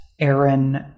Aaron